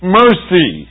mercy